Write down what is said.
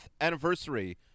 anniversary